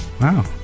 Wow